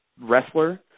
wrestler